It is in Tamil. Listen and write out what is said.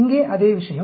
இங்கே அதே விஷயம்